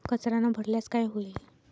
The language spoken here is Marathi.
कर न भरल्यास काय होईल?